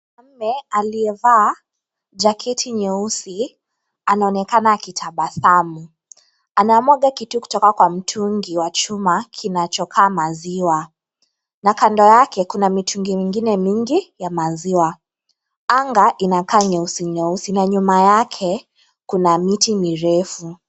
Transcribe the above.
Mwanaume aliyevaa jaketi nyeusi, anaonekana akitabasamu, anamwaga kitu kutoka kwa mtungi wa chuma kinachokaa maziwa, kando yake kuna mitungi miingine mingi ya maziwa anga inakaa nyeusi nyeusi na nyuma yake kuna miti mirefu.